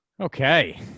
Okay